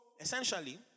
essentially